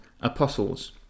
apostles